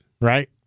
Right